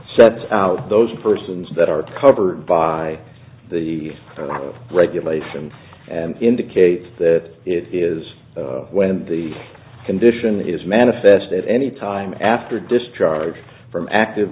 sets out those persons that are covered by the regulations and indicates that it is when the condition is manifest at any time after discharge from active